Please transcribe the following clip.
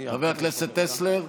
חבר הכנסת טסלר,